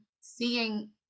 seeing